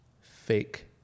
fake